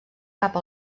cap